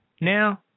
Now